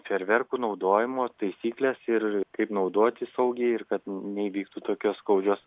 fejerverkų naudojimo taisyklės ir kaip naudoti saugiai ir kad neįvyktų tokios skaudžios